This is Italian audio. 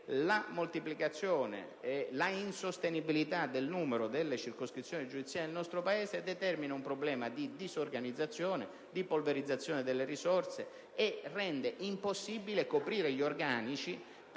la moltiplicazione e l'insostenibilità del numero delle circoscrizioni giudiziarie nel nostro Paese determina un problema di disorganizzazione, di polverizzazione delle risorse e rende impossibile coprire gli organici, perché